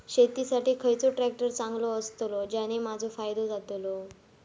शेती साठी खयचो ट्रॅक्टर चांगलो अस्तलो ज्याने माजो फायदो जातलो?